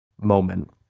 moment